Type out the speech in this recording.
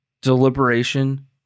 deliberation